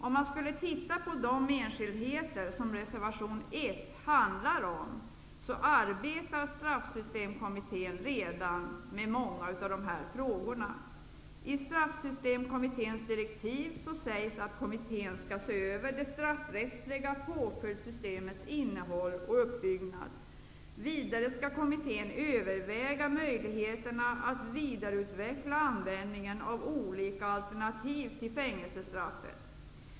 Om man skall titta på de enskildheter som reservation 1 handlar om så kan man konstatera att Straffsystemkommittén arbetar med många av dessa frågor. I Straffsystemkommitténs direktiv sägs det att kommittén skall se över det straffrättsliga påföljdssystemets innehåll och uppbyggnad. Vidare skall kommittén överväga möjligheterna att vidareutveckla användningen av olika alternativ till fängelsestraffet.